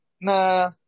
na